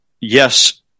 Yes